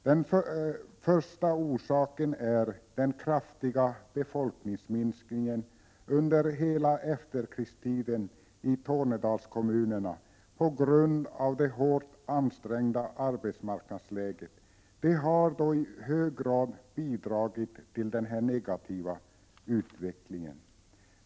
Den första är den kraftiga befolkningsminskningen i Tornedalskommunerna under hela efterkrigstiden som på grund av det hårt ansträngda arbetsmarknadsläget i hög grad har bidragit till den negativa utvecklingen.